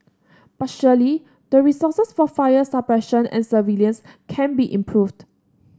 but surely the resources for fire suppression and surveillance can be improved